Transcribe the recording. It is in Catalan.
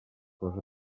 cosa